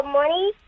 money